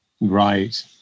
Right